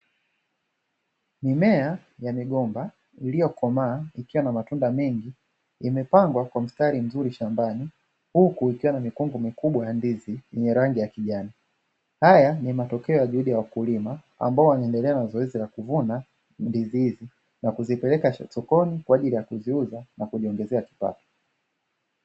Mimea ya migomba iliyokomaa iliyo na matunda mengi, imepangwa kwa mstari mzuri shambani huku ikiwa na mikungu mikubwa ya ndizi yenye rangi ya kijani. Haya ni matokeo ya juhudi ya wakulima ambao wanaendelea na zoezi la kuvuna ndizi hizi ya kuzipeleka sokoni kwa ajili ya kuziuza na kujiongezea kipato.